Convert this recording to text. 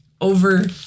over